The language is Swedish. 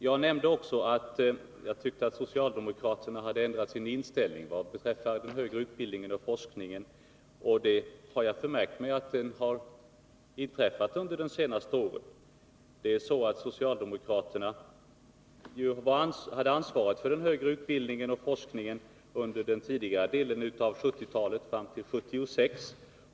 Jag nämnde också att jag tyckte att socialdemokraterna har ändrat sin Nr 46 inställning till högre utbildning och forskning de senaste åren. Socialdemo Torsdagen den kraterna hade ju ansvaret för den högre utbildningen och forskningen under = 11 december 1980 den tidigare delen av 1970-talet fram till 1976.